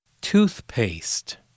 Toothpaste